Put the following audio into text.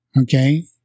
Okay